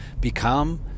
become